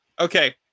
Okay